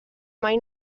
mai